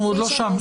אנחנו עוד לא שם.